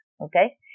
okay